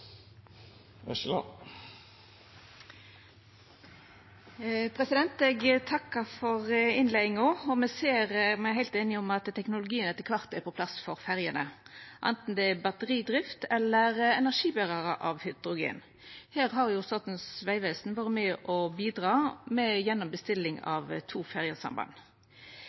Eg takkar for innleiinga. Me er heilt einige om at teknologien etter kvart er på plass for ferjene, anten det er batteridrift eller energiberarar av hydrogen. Her har Statens vegvesen vore med på å bidra gjennom bestilling av to ferjesamband.